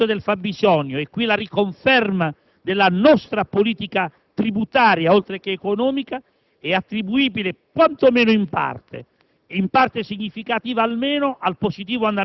Non vi è dubbio che il miglioramento del fabbisogno (e qui la riconferma della nostra politica tributaria, oltre che economica) è attribuibile, quanto meno in parte,